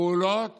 פעולות